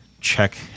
check